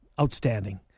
outstanding